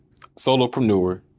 solopreneur